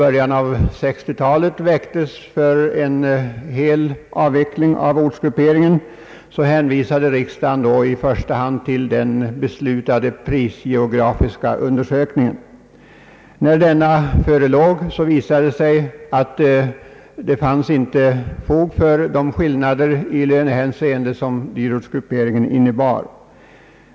När frågan om en slutgiltig avveckling av ortsgrupperingen väcktes i början av 1960-talet, hänvisade riksdagen till den beslutade prisgeografiska undersökningen. När denna förelåg, visade det sig att det inte fanns fog för de skillnader i lönehänseende som dyrortsgrupperingen innebar.